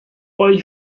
poi